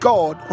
God